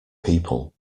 people